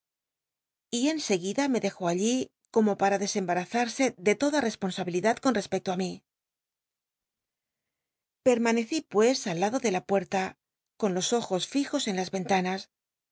y en seguida me dejó allí como pata desembarazarse de toda responsabilidad con respecto á mí i ermancci pues al lado de la puerta con los ojos fijos en las rcntanas